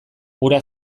hura